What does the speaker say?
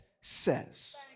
says